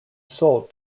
sold